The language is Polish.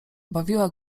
bawiła